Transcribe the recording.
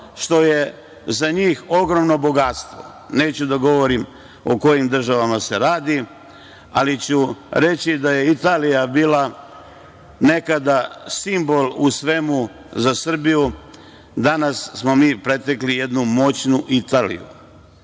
što je za njih ogromno bogatstvo. Neću da govorim o kojim državama se radi, ali ću reći da je Italija bila nekada simbol u svemu za Srbiju. Danas smo mi pretekli jednu moćnu Italiju